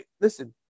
Listen